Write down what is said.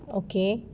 okay